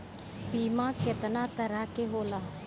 बीमा केतना तरह के होला?